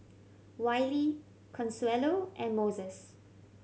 Wylie Consuelo and Moses